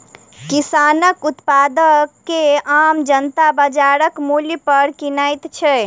किसानक उत्पाद के आम जनता बाजारक मूल्य पर किनैत छै